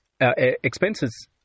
expenses